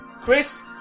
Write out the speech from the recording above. Chris